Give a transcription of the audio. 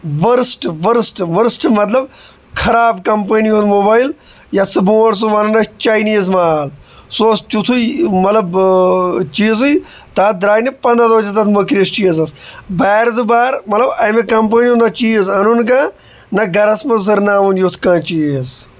worst worst worst مطلب خراب company ہُنٛد موبایل یَتھ سُہ برونٛٹھ سُہ وَنان ٲسۍ چاینیٖز مال سُہ اوس تیُتھُے مطلب چیٖزٕے تَتھ دراے نہٕ پنٛدہ دۄہ تہِ تَتھ مٔکرِس چیٖزَس بارِ دُبارٕ مطلب اَمہِ کِمپٔنی ہُنٛد نہ چیٖز اَنُن کانٛہہ نہ گرَس منٛز زٔرناوُن یُتھ کانہہ چیٖز